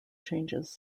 changes